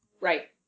Right